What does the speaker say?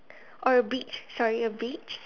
or a beach sorry a beach